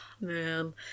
man